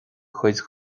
chuid